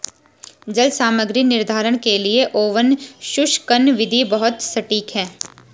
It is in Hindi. जल सामग्री निर्धारण के लिए ओवन शुष्कन विधि बहुत सटीक है